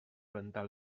rentar